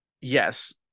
Yes